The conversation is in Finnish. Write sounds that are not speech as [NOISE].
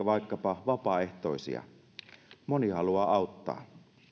[UNINTELLIGIBLE] vaikkapa vapaaehtoisia moni haluaa auttaa